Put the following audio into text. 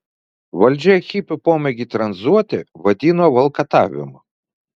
valdžia hipių pomėgį tranzuoti vadino valkatavimu